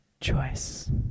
choice